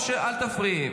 או שאל תפריעי,